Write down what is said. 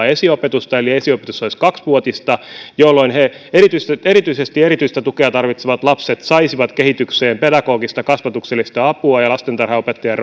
esiopetusta eli esiopetus olisi kaksivuotista jolloin erityisesti erityistä tukea tarvitsevat lapset saisivat kehitykseen pedagogista kasvatuksellista apua ja lastentarhanopettajan